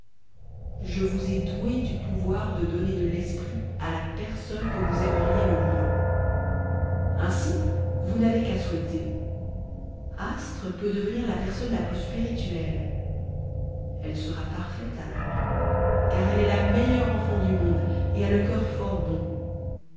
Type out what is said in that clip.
je vous ai doué du pouvoir de donner de l'esprit à la personne que vous aimeriez le mieux ainsi vous n'avez qu'à souhaiter astre peut devenir la personne la plus spirituelle elle sera parfaite alors car elle est la meilleure enfant du monde et a le cœur fort bon